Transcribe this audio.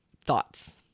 thoughts